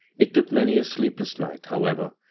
it took many a sleepless night, however,